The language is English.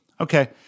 Okay